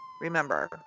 Remember